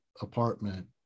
apartment